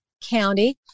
county